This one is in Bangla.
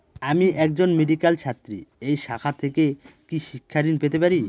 আমি একজন মেডিক্যাল ছাত্রী এই শাখা থেকে কি শিক্ষাঋণ পেতে পারি?